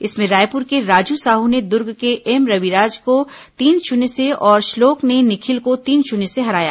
इसमें रायपुर के राजू साहू ने दुर्ग के एम रविराज को तीन शून्य से और श्लोक ने निखिल को तीन शून्य से हराया